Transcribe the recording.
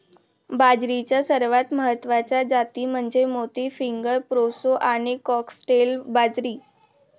बाजरीच्या सर्वात महत्वाच्या जाती म्हणजे मोती, फिंगर, प्रोसो आणि फॉक्सटेल बाजरी